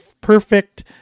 perfect